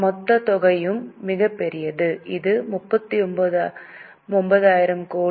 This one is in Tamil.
மொத்த தொகையும் மிகப் பெரியது இது 39999 கோடி